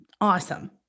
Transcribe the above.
awesome